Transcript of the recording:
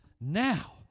Now